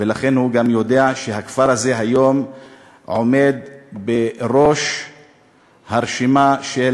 ולכן גם הוא יודע שהכפר הזה עומד היום בראש הרשימה של